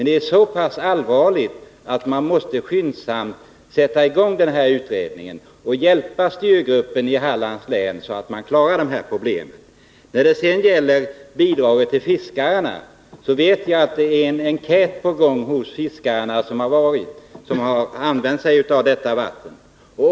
Det är så pass allvarligt att man skyndsamt måste sätta i gång den här utredningen och hjälpa styrgruppen i Hallands län så att den klarar dessa problem. När det gäller bidraget till fiskarna vet jag att det är en enkät på gång bland de fiskare som använt sig av dessa vatten.